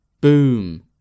Boom